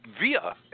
via